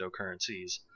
cryptocurrencies